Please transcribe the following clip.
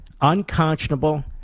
unconscionable